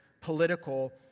political